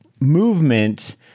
movement